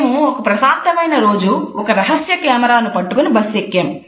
మేము ఒక ప్రశాంతమైన రోజు ఒక రహస్య కెమెరాను పట్టుకొని బస్సు ఎక్కాము